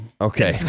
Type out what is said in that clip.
Okay